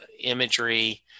imagery